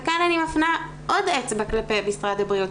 וכאן אני מפנה עוד אצבע כלפי משרד הבריאות,